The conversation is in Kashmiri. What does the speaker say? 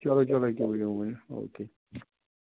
چلو چلو یہِ کیٛاہ بہٕ یِمہٕ وُنۍ او کے